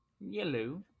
yellow